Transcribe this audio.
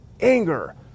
anger